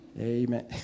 Amen